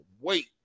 wait